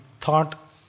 thought